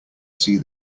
see